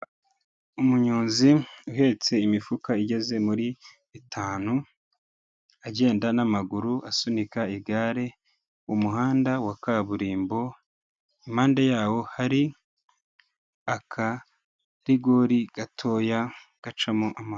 Umunyozi uhetse imifuka igeze muri itanu, agenda n'amaguru, asunika igare, umuhanda wa kaburimbo, impande yawo hari akarigori gatoya gacamo amazi.